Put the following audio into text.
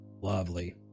Lovely